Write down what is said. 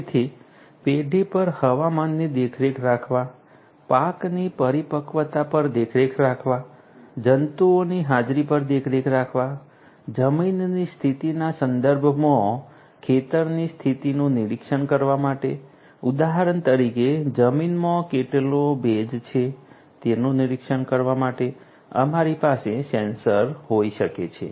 તેથી પેઢી પર હવામાનની દેખરેખ રાખવા પાકની પરિપક્વતા પર દેખરેખ રાખવા જંતુઓની હાજરી પર દેખરેખ રાખવા જમીનની સ્થિતિના સંદર્ભમાં ખેતરની સ્થિતિનું નિરીક્ષણ કરવા માટે ઉદાહરણ તરીકે જમીનમાં કેટલી ભેજ છે તેનું નિરીક્ષણ કરવા માટે અમારી પાસે સેન્સર હોઈ શકે છે